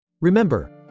Remember